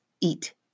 eat